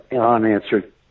unanswered